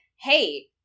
hey